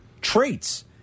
traits